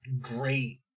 great